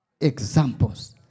Examples